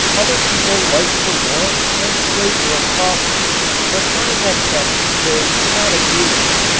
other people liked the warmth and flavor of coffee but find that caffein does not agree with them.